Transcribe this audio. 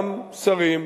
גם שרים,